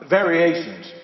variations